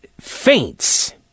faints